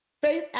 faith